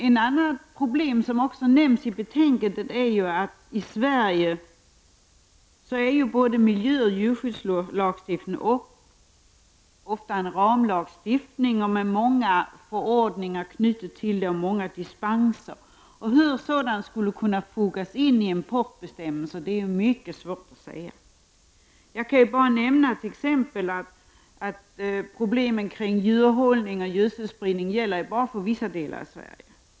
Ett annat problem som också nämns i betänkandet är att miljö och djurskyddslagstiftningen i Sverige ofta har karaktär av ramlagstiftning till vilken är knuten många förordningar, och det finns också många dispenser. Hur sådant skall kunna fogas in i importbestämmelser är mycket svårt att säga. Jag kan som exempel nämna problemen kring djurhållning och gödselspridning endast finns i vissa delar av Sverige.